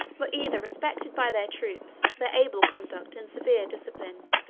were either respected by their troops for their able conduct and severe discipline,